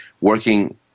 working